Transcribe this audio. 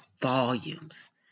volumes